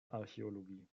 archäologie